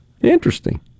Interesting